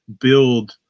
build